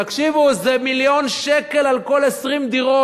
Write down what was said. תקשיבו, זה מיליון שקל על כל 20 דירות.